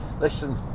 listen